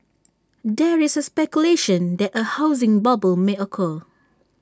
there is speculation that A housing bubble may occur